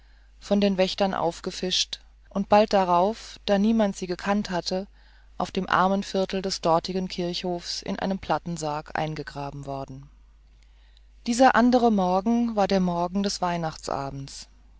von den wächtern aufgefischt und bald darauf da niemand sie gekannt hat auf dem armenviertel des dortigen kirchhofs in einem platten sarge eingegraben worden dieser andere morgen war der morgen des weihnachtsabends